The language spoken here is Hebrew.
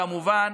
כמובן,